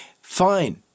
Fine